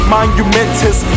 Monumentous